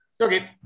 Okay